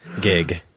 gig